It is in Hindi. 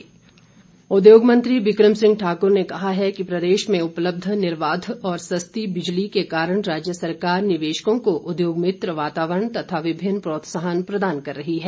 बिकम उद्योग मंत्री बिकम सिंह ठाकुर ने कहा है कि प्रदेश में उपलब्ध निर्वाध और सस्ती बिजली के कारण राज्य सरकार निवेशकों को उद्योग मित्र वातावरण तथा विभिन्न प्रोत्साहन प्रदान कर रही है